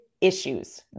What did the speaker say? issues